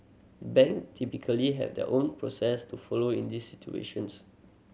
bank typically have their own process to follow in these situations